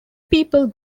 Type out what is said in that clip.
people